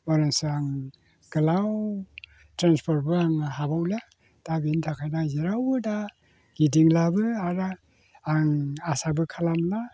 बारासा आं गोलाव ट्रेन्सपर्टबो आं हाबावले दा बिनि थाखायनो आं जेरावबो दा गिदिंलाबो आरो आं आसाबो खालामला